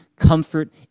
comfort